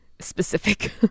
specific